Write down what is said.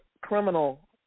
criminal